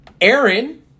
Aaron